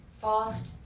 fast